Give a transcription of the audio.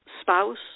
spouse